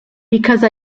because